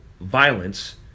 violence